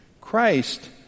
Christ